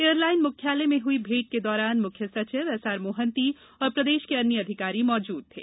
airline मुख्यालय में हुई भेंट के दौरान मुख्य सचिव एसआर मोहन्ती और प्रदेश के अन्य अधिकारी मौजूद थे